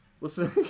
listen